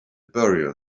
burial